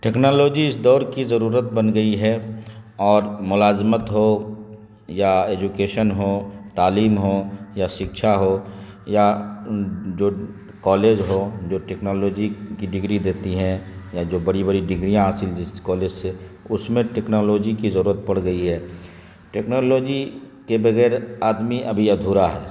technology اس دور کی ضرورت بن گئی ہے اور ملازمت ہو یا ایجوکیشن ہو تعلیم ہو یا سکچھا ہو یا جو کالج ہوں جو ٹیکنالوجی کی ڈگری دیتی ہیں یا جو بڑی بڑی ڈگریاں حاصل جس کالج سے اس میں ٹیکنالوجی کی ضرورت پڑ گئی ہے ٹیکنالوجی کے بغیر آدمی ابھی ادھورا ہے